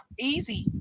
easy